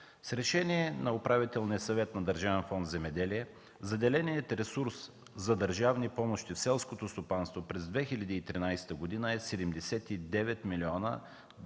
С решение на Управителния съвет на Държавен фонд „Земеделие” заделеният ресурс за държавни помощи в селското стопанство през 2013 г. е 79 млн.